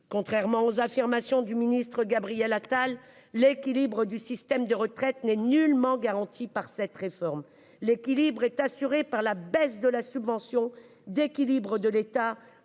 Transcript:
Contrairement aux affirmations du ministre Gabriel Attal, l'équilibre du système de retraite n'est nullement garanti par cette réforme. Il est assuré par la baisse de la subvention d'équilibre de l'État